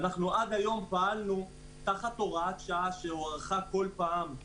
עד היום פעלנו תחת הוראת שעה שהוארכה כל פעם,